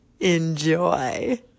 Enjoy